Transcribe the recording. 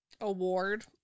Award